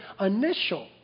initial